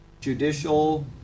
Judicial